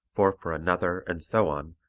four for another, and so on,